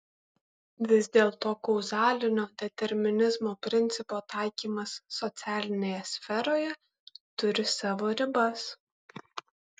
vis dėlto kauzalinio determinizmo principo taikymas socialinėje sferoje turi savo ribas